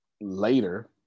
later